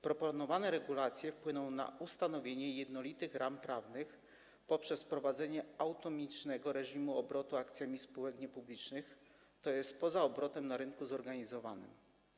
Proponowane regulacje wpłyną na ustanowienie jednolitych ram prawnych poprzez wprowadzenie autonomicznego reżimu obrotu akcjami spółek niepublicznych, tj. poza obrotem na rynku zorganizowanym.